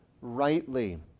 rightly